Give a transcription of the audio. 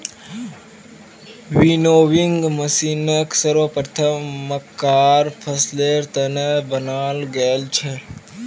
winnowing मशीनक सर्वप्रथम मक्कार फसलेर त न बनाल गेल छेक